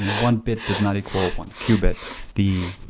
you know one bit does not equal one qubit. the